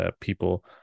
people